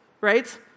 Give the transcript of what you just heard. right